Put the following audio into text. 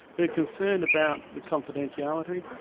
they're concerned about the confidentiality,